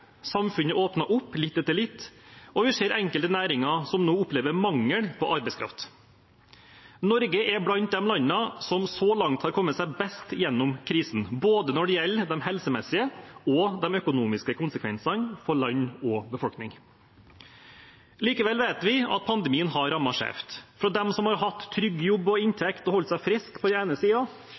samfunnet åpner opp litt etter litt, og vi ser at enkelte næringer nå opplever mangel på arbeidskraft. Norge er blant de landene som så langt har kommet seg best gjennom krisen både når det gjelder de helsemessige og de økonomiske konsekvensene for land og befolkning. Likevel vet vi at pandemien har rammet skjevt – fra dem som har hatt trygg jobb og inntekt og holdt seg frisk på den ene